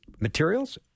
materials